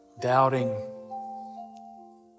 doubting